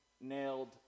nailed